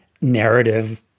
narrative